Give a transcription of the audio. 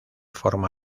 forma